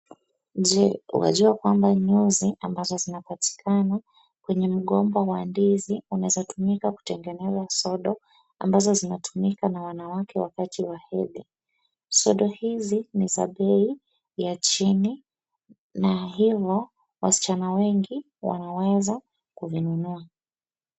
Je, wajua kwamba nyozi ambazo zinapatikana kwenye mgomba wa ndizi unaweza tumika kutengeneza sodo ambazo zinatumiwa na wanawake wakati wa hedhi? Sodo hizi ni za bei ya chini na hivyo wasichana wengi wanaweza kuzinunua.